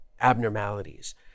abnormalities